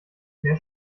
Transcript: mehr